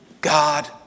God